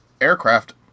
aircraft